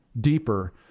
deeper